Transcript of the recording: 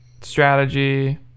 strategy